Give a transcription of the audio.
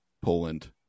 Poland